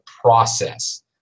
process